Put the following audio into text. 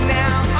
now